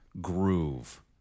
groove